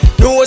no